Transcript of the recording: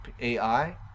AI